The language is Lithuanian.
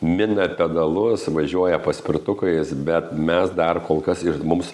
mina pedalus važiuoja paspirtukais bet mes dar kol kas ir mums